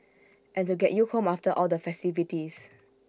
and to get you home after all the festivities